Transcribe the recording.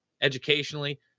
educationally